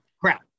crap